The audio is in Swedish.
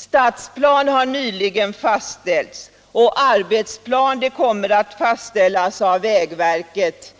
Startplan har nyligen fastställts och arbetsplan kommer att fastställas av vägverket